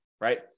right